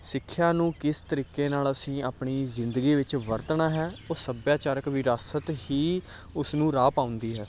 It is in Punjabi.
ਸਿੱਖਿਆ ਨੂੰ ਕਿਸ ਤਰੀਕੇ ਨਾਲ ਅਸੀਂ ਆਪਣੀ ਜ਼ਿੰਦਗੀ ਵਿੱਚ ਵਰਤਣਾ ਹੈ ਉਹ ਸੱਭਿਆਚਾਰਕ ਵਿਰਾਸਤ ਹੀ ਉਸ ਨੂੰ ਰਾਹ ਪਾਉਂਦੀ ਹੈ